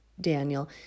Daniel